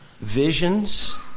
visions